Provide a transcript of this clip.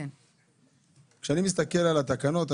כשאני מסתכל על התקנות,